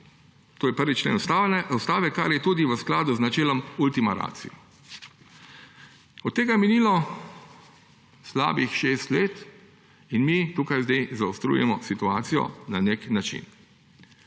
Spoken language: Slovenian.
To je 1. člen Ustave, kar je tudi v skladu z načelom ultima ratio. Od tega je minilo slabih šest let in mi tukaj zdaj zaostrujemo situacijo na nek način.